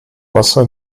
wasser